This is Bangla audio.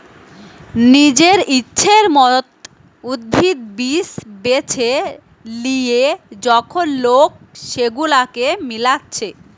নিজের ইচ্ছের মত উদ্ভিদ, বীজ বেছে লিয়ে যখন লোক সেগুলাকে মিলাচ্ছে